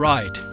Right